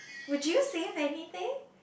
would you see anything